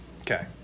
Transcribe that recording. Okay